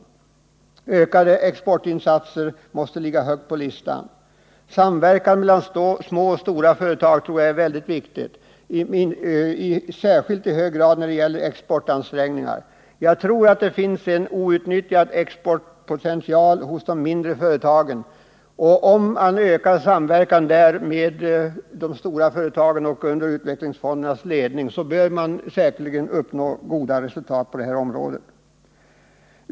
Ökade exportinsatser måste komma högt på listan. Samverkan mellan små och stora företag tror jag är väldigt viktig, i särskilt hög grad när det gäller exportansträngningar. Jag tror att det finns en outnyttjad exportpotential hos de mindre företagen, och om de ökar sin samverkan med de stora företagen under utvecklingsfondernas ledning bör goda resultat kunna uppnås på detta område.